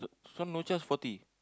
so no charge forty